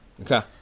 Okay